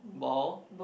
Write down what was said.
bow